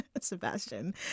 Sebastian